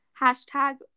hashtag